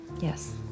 yes